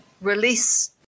release